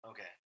Okay